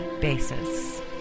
basis